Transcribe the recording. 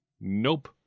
Nope